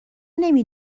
نمی